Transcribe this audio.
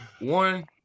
One